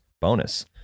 bonus